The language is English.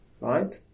right